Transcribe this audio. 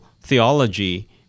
theology